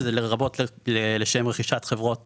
שזה לרבות לשם רכישת חברות